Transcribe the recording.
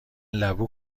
لبو